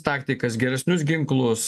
taktikas geresnius ginklus